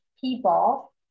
people